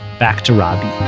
back to robby